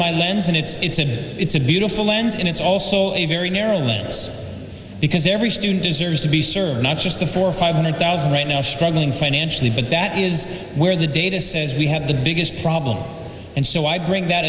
my lens and it's it's a it's a beautiful lens and it's also a very narrow lives because every student deserves to be sure not just the four or five hundred thousand right now struggling financially but that is where the data says we have the biggest problem and so i bring that